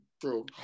True